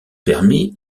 permis